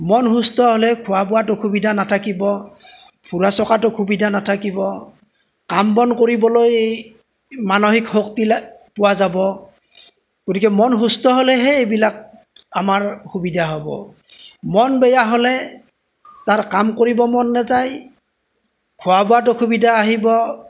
মন সুস্থ হ'লে খোৱা বোৱাত অসুবিধা নাথাকিব ফুৰা চকাত অসুবিধা নাথাকিব কাম বন কৰিবলৈ মানসিক শক্তি পোৱা যাব গতিকে মন সুস্থ হ'লেহে এইবিলাক আমাৰ সুবিধা হ'ব মন বেয়া হ'লে তাৰ কাম কৰিব মন নাযায় খোৱা বোৱাত অসুবিধা আহিব